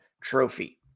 Trophy